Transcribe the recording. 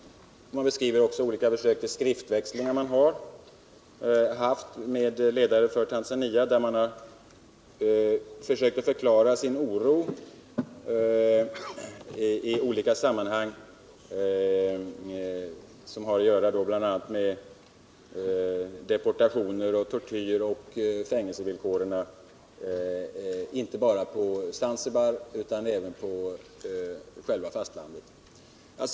Man beskriver också olika försök till skriftväxlingar som man haft med ledare för Tanzania, där man har försökt förklara sin oro I olika sammanhang, bl.a. med anledning av deportationer och tortyr och i fråga om fängelsvillkoren, inte bara på Zanzibar utan även på själva fastlandet.